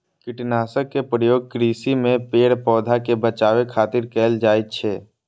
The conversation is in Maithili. कीटनाशक के प्रयोग कृषि मे पेड़, पौधा कें बचाबै खातिर कैल जाइ छै